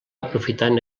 aprofitant